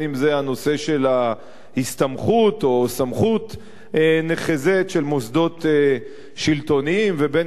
אם הנושא של ההסתמכות או סמכות נחזית של מוסדות שלטוניים ואם